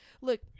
look